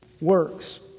works